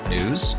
News